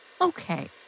okay